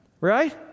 right